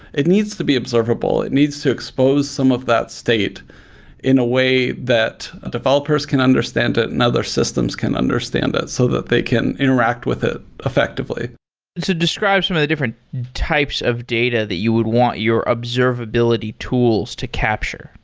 it needs to be observable. it needs to expose some of that state in a way that developers can understand it and other systems can understand it so that they can interact with it effectively so describe some of the different types of data that you would want your observability tools to capture.